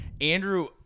Andrew